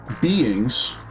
beings